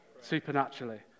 supernaturally